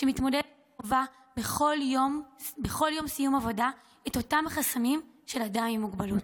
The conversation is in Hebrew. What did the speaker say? שמתמודדת וחווה בכל יום עבודה את אותם חסמים של אדם עם מוגבלות.